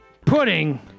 pudding